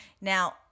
Now